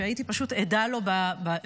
שהייתי פשוט עדה לו בעיניי,